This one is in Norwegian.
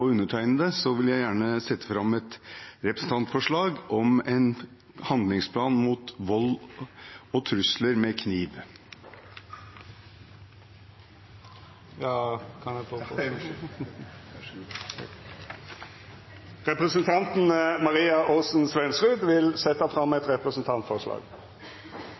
undertegnede vil jeg gjerne sette fram et representantforslag om en handlingsplan mot vold og trusler med kniv. Representanten Maria Aasen-Svensrud vil setja fram eit representantforslag.